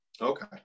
Okay